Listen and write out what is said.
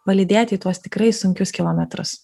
palydėti į tuos tikrai sunkius kilometrus